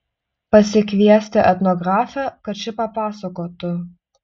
pasikviesti etnografę kad ši papasakotų